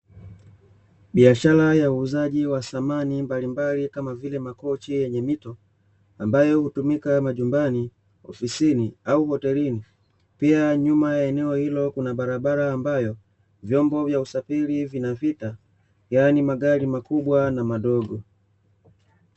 Biashara ya uuzaji wa samani mbalimbali kama vile makochi yenye mito ambayo hutumika majumbani, ofisini, au hotelini. Pia nyuma ya eneo hilo kuna barabara ambayo vyombo vya usafiri vinapita, yaani magari makubwa na madogo.